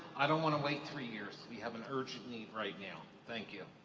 i don't want to wait three years. we have an urgent need right now. thank you.